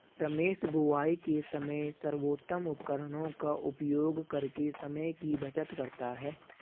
रमेश बुवाई के समय सर्वोत्तम उपकरणों का उपयोग करके समय की बचत करता है